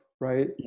right